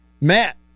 Matt